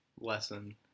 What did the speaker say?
lesson